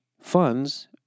funds